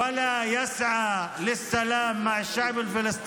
ואינה פועלת למען שלום לחברה